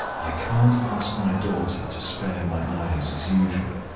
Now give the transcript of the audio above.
i can't ask my daughter to spare my eyes as usual,